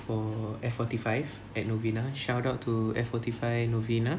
for F forty five at novena shout out to F forty five novena